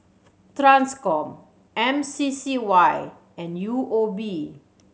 Transcom M C C Y and U O B